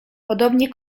podobnie